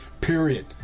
Period